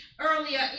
earlier